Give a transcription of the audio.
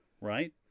right